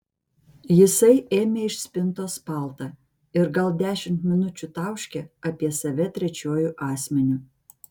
jisai ėmė iš spintos paltą ir gal dešimt minučių tauškė apie save trečiuoju asmeniu